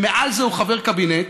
ומעל זה הוא חבר קבינט,